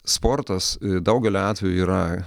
sportas daugeliu atvejų yra